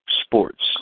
sports